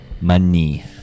Money